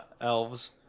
elves